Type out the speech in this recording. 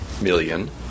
million